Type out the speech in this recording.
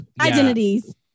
Identities